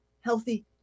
healthy